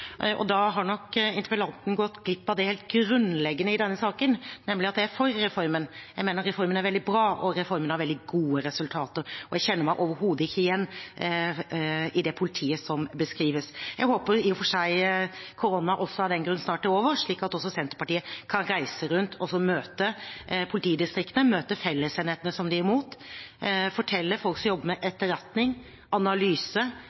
reformen. Da har nok interpellanten gått glipp av det helt grunnleggende i denne saken, nemlig at jeg er for reformen. Jeg mener at reformen er veldig bra, og at reformen har gitt veldig gode resultater. Jeg kjenner meg overhodet ikke igjen i det politiet som beskrives. Jeg håper i og for seg koronaen også av den grunn snart er over, slik at også Senterpartiet kan reise rundt og få møte politidistriktene, møte fellesenhetene som de er imot, folk som jobber med etterretning, analyse